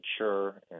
mature